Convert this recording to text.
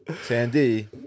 Sandy